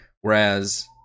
Whereas